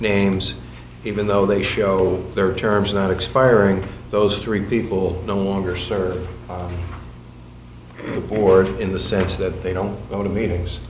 names even though they show there are terms not expiring those three people no longer serve or in the sense that they don't go to meetings